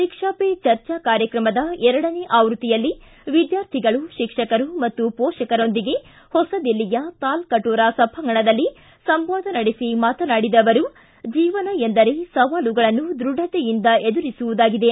ಪರೀಕ್ಷಾ ಪೆ ಚರ್ಚಾ ಕಾರ್ಯಕ್ರಮದ ಎರಡನೇ ಆವೃತ್ತಿಯಲ್ಲಿ ವಿದ್ವಾರ್ಥಿಗಳು ಶಿಕ್ಷಕರು ಮತ್ತು ಪೋಷಕರೊಂದಿಗೆ ಹೊಸದಿಲ್ಲಿಯ ತಾಲಕಟೋರಾ ಸಭಾಂಗಣದಲ್ಲಿ ಸಂವಾದ ನಡೆಸಿ ಮಾತನಾಡಿದ ಅವರು ಜೀವನ ಎಂದರೆ ಸವಾಲುಗಳನ್ನು ದೃಢತೆಯಿಂದ ಎದುರಿಸುವುದಾಗಿದೆ